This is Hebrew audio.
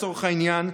לצורך העניין,